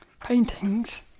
paintings